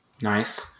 Nice